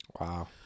Wow